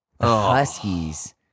Huskies